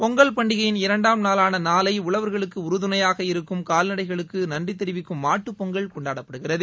பொங்கல் பண்டிகையின் இரண்டாம் நாளான நாளை உழவர்களுக்கு உறுதுணையாக இருக்கும் கால்நடைகளுக்கு நன்றி தெரிவிக்கும் மாட்டுப் பொங்கல் கொண்டாடப்படுகிறது